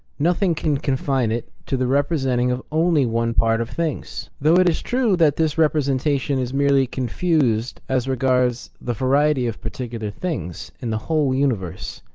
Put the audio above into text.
nothing can confine it to the representing of only one part of things though it is true that this representation is merely confused as regards the variety of particular things in the whole universe,